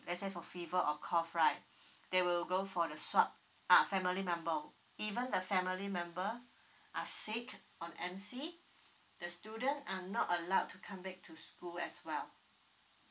let's say for fever or cough right they will go for the swab uh family member even the family member are sick or M_C the student are not allowed to come back to school as well